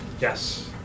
Yes